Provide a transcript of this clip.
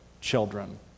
children